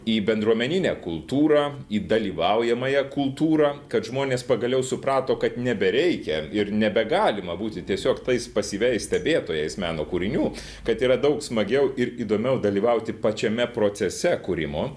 į bendruomeninę kultūrą į dalyvaujamąją kultūrą kad žmonės pagaliau suprato kad nebereikia ir nebegalima būti tiesiog tais pasyviais stebėtojais meno kūrinių kad yra daug smagiau ir įdomiau dalyvauti pačiame procese kūrimo